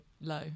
low